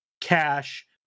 cash